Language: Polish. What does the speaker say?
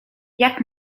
jak